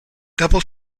double